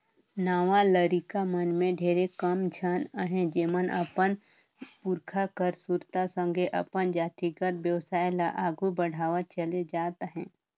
नावा लरिका मन में ढेरे कम झन अहें जेमन अपन पुरखा कर सुरता संघे अपन जातिगत बेवसाय ल आघु बढ़ावत चले जात अहें